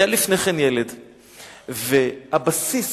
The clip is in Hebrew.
הבסיס